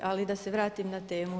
Ali da se vratim na temu.